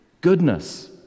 Goodness